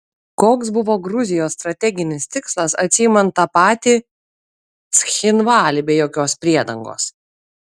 koks buvo gruzijos strateginis tikslas atsiimant tą patį cchinvalį be jokios priedangos